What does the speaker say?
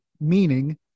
meaning